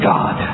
God